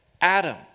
Adam